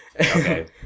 Okay